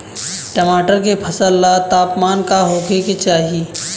टमाटर के फसल ला तापमान का होखे के चाही?